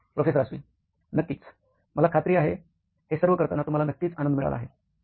professor Ashwin नक्कीच मला खात्री आहे हे सर्व करताना तुम्हाला नक्कीच आनंद मिळाला आहे